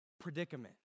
predicament